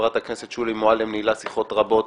חברת הכנסת שולי מועלם ניהלה שיחות רבות